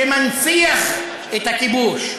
שמנציח את הכיבוש,